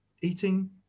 eating